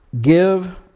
Give